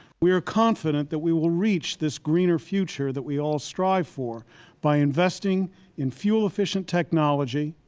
we are confident that we will reach this greener future that we all strive for by investing in fuel-efficient technology,